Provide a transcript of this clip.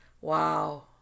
Wow